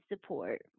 support